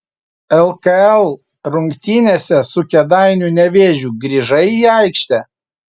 lkl rungtynėse su kėdainių nevėžiu grįžai į aikštę